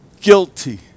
guilty